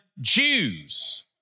Jews